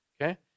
okay